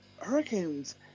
hurricanes